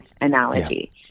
analogy